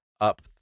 up